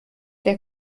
der